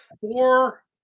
four